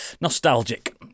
nostalgic